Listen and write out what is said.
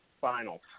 finals